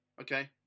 Okay